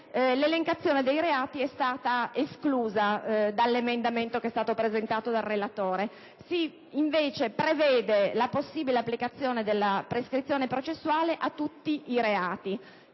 l'elencazione dei reati è stata esclusa dall'emendamento presentato dal relatore, mentre si prevede la possibile applicazione della prescrizione processuale a tutti i reati,